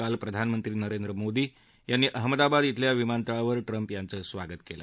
काल प्रधानमंत्री नरेंद्र मोदी यांनी अहमदाबाद इथल्या विमानतळावर ट्रम्प यांचं स्वागत केलं